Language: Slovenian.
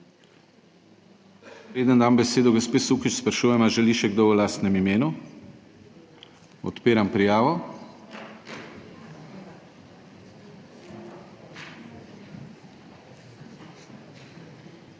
Preden dam besedo gospe Sukič, sprašujem, ali želi še kdo v lastnem imenu? Odpiram prijavo.